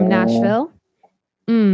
Nashville